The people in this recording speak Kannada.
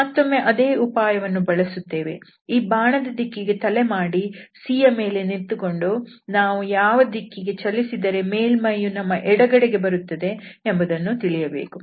ಮತ್ತೊಮ್ಮೆ ಅದೇ ಉಪಾಯವನ್ನು ಬಳಸುತ್ತೇವೆ ಈ ಬಾಣದ ದಿಕ್ಕಿನಲ್ಲಿ ತಲೆ ಮಾಡಿ C ಯ ಮೇಲೆ ನಿಂತುಕೊಂಡು ನಾವು ಯಾವ ದಿಕ್ಕಿಗೆ ಚಲಿಸಿದರೆ ಮೇಲ್ಮೈಯು ನಮ್ಮ ಎಡಗಡೆಗೆ ಬರುತ್ತದೆ ಎಂದು ತಿಳಿಯಬೇಕು